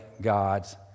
God's